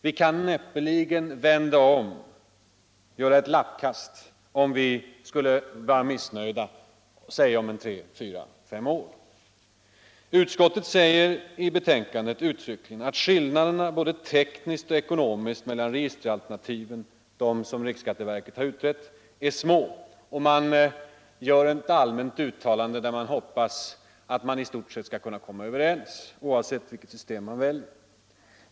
Vi kan näppeligen vända om med ett lappkast, om vi skulle bli missnöjda om t.ex. tre, fyra eller fem år. Utskottet säger i betänkandet uttryckligen att skillnaderna, både tekniskt och ekonomiskt, mellan de registeralternativ som riksskatteverket har utrett är små. Utskottet gör även ett allmänt uttalande, som i stort sett är ett uttryck för en förhoppning om att man skall kunna komma överens, oavsett vilket system som man väljer.